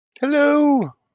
Hello